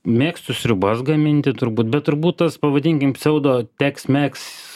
mėgstu sriubas gaminti turbūt bet turbūt tas pavadinim pseudo teks megs